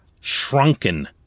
shrunken